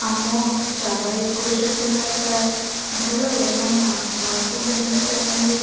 అమ్మో చాలా ఎక్కువ చెప్తున్నారు సార్ ధరలో ఏమైనా మార్పు ఉంటుందా చెప్పండి